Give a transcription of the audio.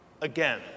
Again